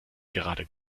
gerade